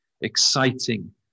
exciting